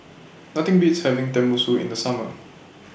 Nothing Beats having Tenmusu in The Summer